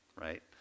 right